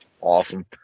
Awesome